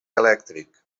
elèctric